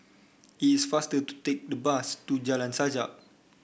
it's faster to take the bus to Jalan Sajak